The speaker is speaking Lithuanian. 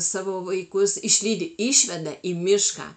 savo vaikus išlydi išveda į mišką